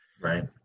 right